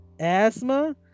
asthma